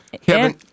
Kevin